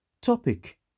Topic